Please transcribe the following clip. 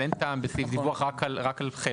לכן, בעיניי אין טעם בסעיף דיווח רק על חלק.